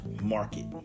market